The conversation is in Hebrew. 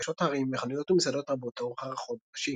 מגלשות הרים וחנויות ומסעדות רבות לאורך הרחוב הראשי.